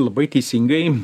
labai teisingai